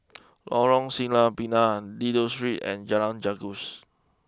Lorong Sireh Pinang Dido Street and Jalan Janggus